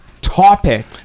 topic